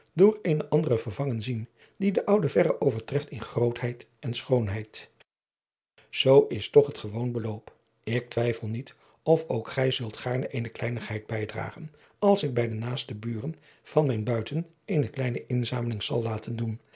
door eene andere vervangen zien die de oude verre overtreft in grootheid en schoonheid zoo is toch het gewoon beloop ik twijfel niet of ook gij zult gaarne eene kleinigheid bijdragen als ik bij de naaste buren van mijn buiten eene kleine inzameling zal laten doen